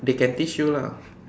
they can teach you lah